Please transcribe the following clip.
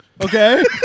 Okay